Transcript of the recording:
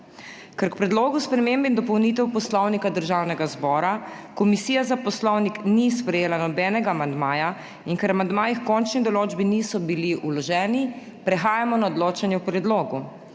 Ker k Predlogu sprememb in dopolnitev Poslovnika Državnega zbora Komisija za poslovnik ni sprejela nobenega amandmaja in ker amandmaji h končni določbi niso bili vloženi, prehajamo na odločanje o predlogu.